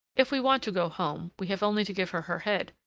if we want to go home, we have only to give her her head.